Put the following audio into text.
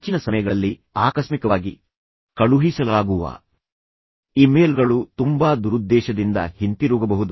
ಹೆಚ್ಚಿನ ಸಮಯಗಳಲ್ಲಿ ಆಕಸ್ಮಿಕವಾಗಿ ಕಳುಹಿಸಲಾಗುವ ಇಮೇಲ್ಗಳು ತುಂಬಾ ದುರುದ್ದೇಶದಿಂದ ಹಿಂತಿರುಗಬಹುದು